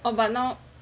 oh but now